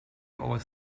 always